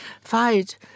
fight